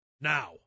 Now